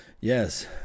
Yes